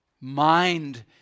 Mind